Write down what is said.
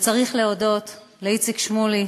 וצריך להודות לאיציק שמולי,